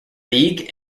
league